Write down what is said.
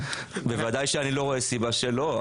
בוודאי שאני לא רואה סיבה שלא,